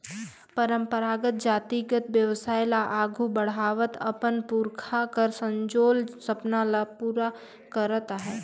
परंपरागत जातिगत बेवसाय ल आघु बढ़ावत अपन पुरखा कर संजोल सपना ल पूरा करत अहे